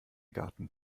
garten